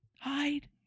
hide